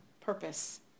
purpose